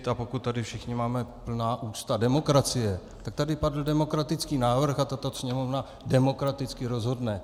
A pokud tady všichni máme plná ústa demokracie, tak tady padl demokratický návrh a tato Sněmovna demokraticky rozhodne.